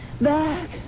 back